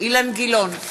אילן גילאון,